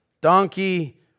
donkey